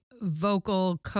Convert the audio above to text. vocal